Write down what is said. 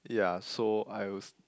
yeah so I was